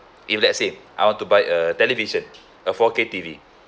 if let's say I want to buy a television a four K T_V